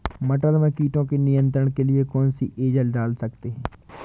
मटर में कीटों के नियंत्रण के लिए कौन सी एजल डाल सकते हैं?